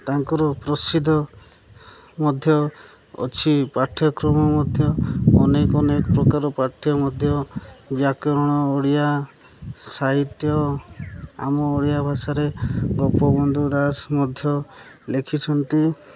ତାଙ୍କର ପ୍ରସିଦ୍ଧ ମଧ୍ୟ ଅଛି ପାଠ୍ୟକ୍ରମ ମଧ୍ୟ ଅନେକ ଅନେକ ପ୍ରକାର ପାଠ୍ୟ ମଧ୍ୟ ବ୍ୟାକରଣ ଓଡ଼ିଆ ସାହିତ୍ୟ ଆମ ଓଡ଼ିଆ ଭାଷାରେ ଗୋପବନ୍ଧୁ ଦାସ ମଧ୍ୟ ଲେଖିଛନ୍ତି